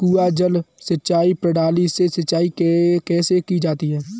कुआँ जल सिंचाई प्रणाली से सिंचाई कैसे की जाती है?